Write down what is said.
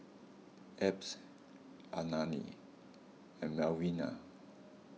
Abbs Alani and Malvina